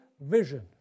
vision